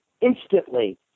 instantly